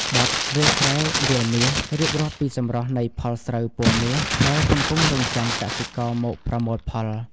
បទ «វាលស្រែវាលមាស» រៀបរាប់ពីសម្រស់នៃផលស្រូវពណ៌មាសដែលកំពុងរង់ចាំកសិករមកប្រមូលផល។